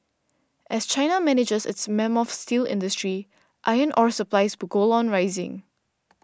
as China manages its mammoth steel industry iron ore supplies will go on rising